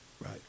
right